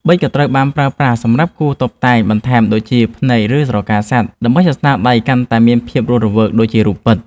ប៊ិច ក៏ត្រូវបានប្រើប្រាស់សម្រាប់គូរតុបតែងបន្ថែមដូចជា ភ្នែក ឬស្រកាសត្វ ដើម្បីឱ្យស្នាដៃកាន់តែមានភាពរស់រវើកដូចជារូបពិត។